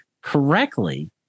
correctly